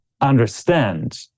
understand